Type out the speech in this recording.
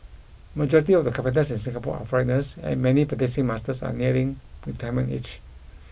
majority of the carpenters in Singapore are foreigners and many practising masters are nearing retirement age